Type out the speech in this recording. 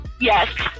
yes